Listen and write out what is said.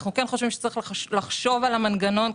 צריך לחשוב על המנגנון,